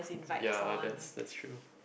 ya that's that's true